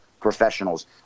professionals